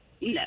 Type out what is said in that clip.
No